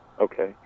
Okay